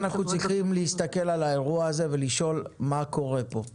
אנחנו צריכים להסתכל על האירוע הזה ולשאול מה קורה פה.